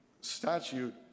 statute